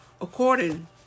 According